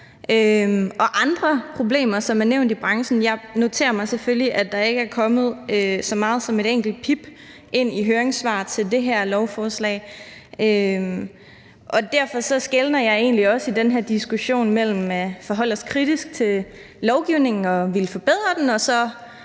og andre problemer i branchen, som er nævnt. Jeg noterer mig selvfølgelig, at der ikke er kommet så meget som et enkelt pip ind i høringssvar til det her lovforslag, og derfor skelner jeg egentlig også i den her diskussion mellem at forholde sig kritisk til lovgivningen og at ville forbedre det og